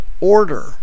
Order